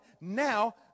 now